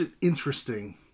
interesting